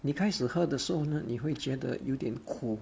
你开始喝的时候呢你会觉得有点苦